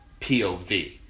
POV